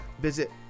Visit